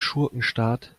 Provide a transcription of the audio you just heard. schurkenstaat